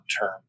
term